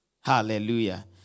Hallelujah